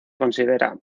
considera